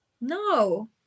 No